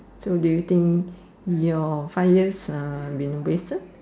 so do you think your five years have been wasted